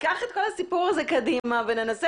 ייקח את כל הסיפור הזה קדימה וננסה